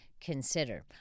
consider